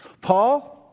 paul